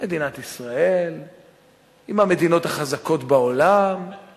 מדינת ישראל היא מהמדינות החזקות בעולם, תראה,